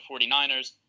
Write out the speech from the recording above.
49ers